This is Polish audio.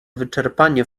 wyczerpanie